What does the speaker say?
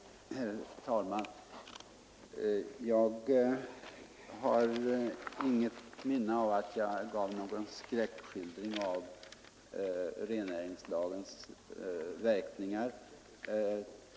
Herr talman! Jag har inget minne av att jag gav någon skräckskildring av rennäringslagens verkningar.